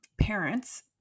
parents